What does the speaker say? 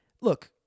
look